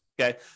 Okay